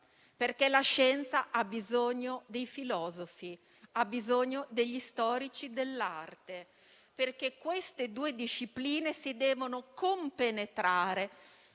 perché la scienza ha bisogno dei filosofi e degli storici dell'arte. Le due discipline si devono compenetrare,